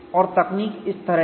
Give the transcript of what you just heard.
और तकनीक इस तरह है